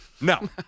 No